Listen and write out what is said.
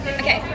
okay